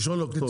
1 באוקטובר.